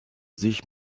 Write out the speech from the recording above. sich